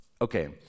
Okay